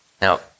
Now